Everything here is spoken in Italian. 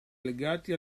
legati